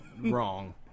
wrong